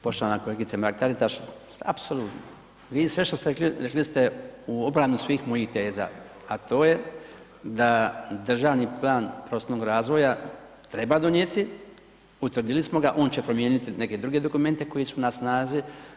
Poštovana kolegice Mrak Taritaš, apsolutno vi sve što ste rekli, rekli ste u obranu svih mojih teza, a to je da državni plan prostornog razvoja treba donijeti, utvrdili smo ga, on će promijeniti neke druge dokumente koji su na snazi.